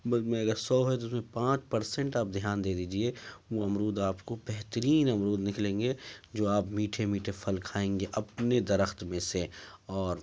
اگر سو ہے تو اس میں پانچ پرسنٹ آپ دھیان دے دیجیے وہ امرود آپ کو بہترین امرود نکلیں گے جو آپ میٹھے میٹھے پھل کھائیں گے اپنے درخت میں سے اور